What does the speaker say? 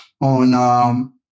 on